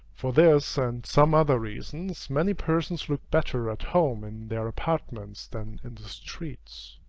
for this and some other reasons, many persons look better at home in their apartments than in the streets.